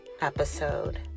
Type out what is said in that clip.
episode